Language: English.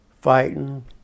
fighting